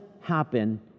happen